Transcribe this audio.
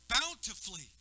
bountifully